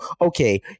okay